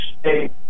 state